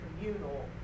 communal